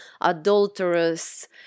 adulterous